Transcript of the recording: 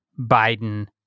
Biden